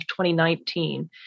2019